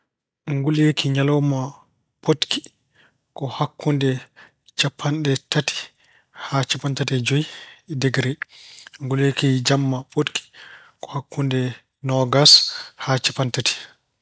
Nguleeki ñalawma potki ko hakkunde capanɗe tati haa capanɗe tati e joyi degere. Nguleeki jamma fotki ko hakkunde noogaas haa capanɗe tati.